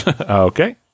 Okay